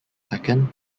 second